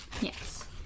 Yes